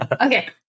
Okay